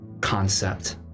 concept